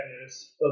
news